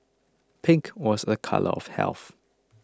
pink was a colour of health